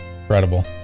Incredible